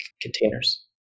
containers